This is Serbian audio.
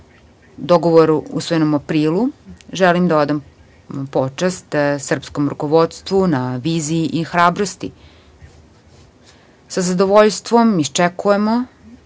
dogovoru usvojenom u aprilu. Želim da odam počast srpskom rukovodstvu na viziji i hrabrosti. Sa zadovoljstvom isčekujemo